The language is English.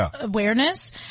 awareness